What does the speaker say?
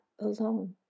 alone